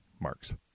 marks